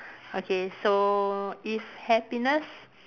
okay so if happiness